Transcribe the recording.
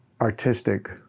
artistic